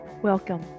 Welcome